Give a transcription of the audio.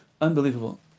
unbelievable